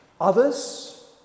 Others